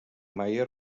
mayer